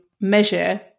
measure